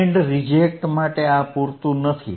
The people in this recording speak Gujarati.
બેન્ડ રિજેક્ટ માટે આ પૂરતું નથી